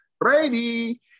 brady